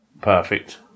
Perfect